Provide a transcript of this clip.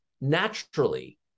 naturally